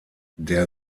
der